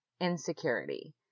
insecurity